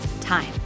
time